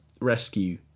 rescue